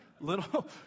little